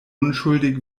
unschuldig